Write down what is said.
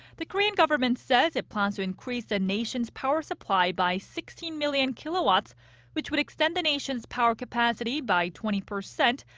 the korean government says it plans to increase the nation's power supply by sixteen million kilowatts which would extend the nation's power capacity by twenty percent.